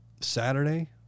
Saturday